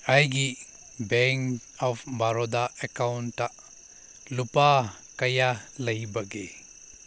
ꯑꯩꯒꯤ bank of Baroda ꯑꯦꯛꯀꯥꯎꯟꯗ ꯂꯨꯄꯥ ꯀꯌꯥ ꯂꯩꯕꯒꯦ